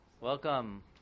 Welcome